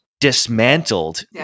dismantled